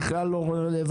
בכלל לא רלוונטי,